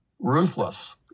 Ruthless